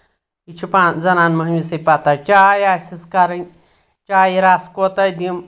یہِ چھِ پان زَنان مۄہنوِسٕے پَتہ چاے آسیس کرٕنۍ چایہِ رَس کوٗتاہ دِم